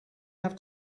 have